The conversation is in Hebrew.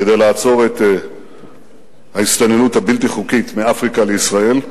כדי לעצור את ההסתננות הבלתי-חוקית מאפריקה לישראל.